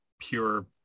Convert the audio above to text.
pure